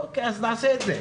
אז נעשה את זה.